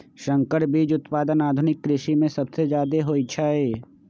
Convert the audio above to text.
संकर बीज उत्पादन आधुनिक कृषि में सबसे जादे होई छई